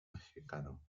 mexicano